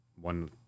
one